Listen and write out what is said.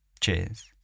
Cheers